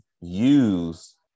use